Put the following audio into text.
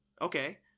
Okay